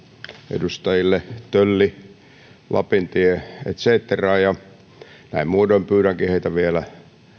edustajille tölli lapintie et cetera ja näin muodoin pyydänkin heitä vielä